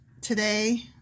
today